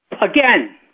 Again